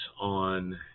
on